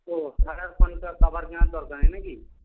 ও তাহলে আর ফোনটার কভার কেনার দরকার নেই নাকি